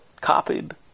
copied